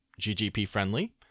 GGP-friendly